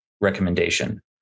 recommendation